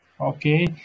Okay